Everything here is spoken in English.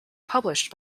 published